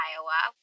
Iowa